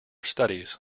studies